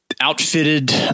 outfitted